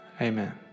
Amen